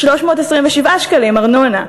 327 שקלים ארנונה,